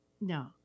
no